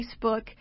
Facebook